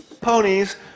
ponies